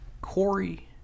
Corey